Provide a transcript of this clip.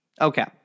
Okay